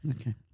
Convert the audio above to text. Okay